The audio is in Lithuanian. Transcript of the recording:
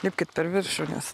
lipkit per viršų nes